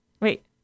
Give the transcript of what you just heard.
Wait